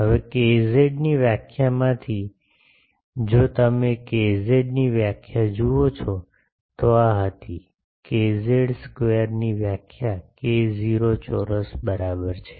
હવે કેઝેડની વ્યાખ્યામાંથી જો તમે કેઝેડની વ્યાખ્યા જુઓ છો તો આ હતી કેઝેડ સ્ક્વેરની વ્યાખ્યા K0 ચોરસ બરાબર છે